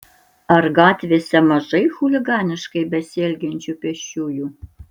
ar gatvėse mažai chuliganiškai besielgiančių pėsčiųjų